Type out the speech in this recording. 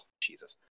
Jesus